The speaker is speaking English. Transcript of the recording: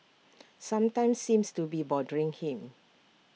something seems to be bothering him